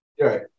Right